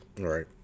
Right